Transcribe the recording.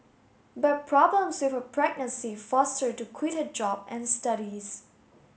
but problems with her pregnancy forced her to quit her job and studies